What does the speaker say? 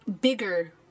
bigger